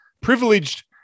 privileged